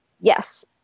yes